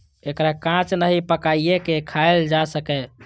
एकरा कांच नहि, पकाइये के खायल जा सकैए